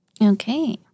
Okay